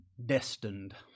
destined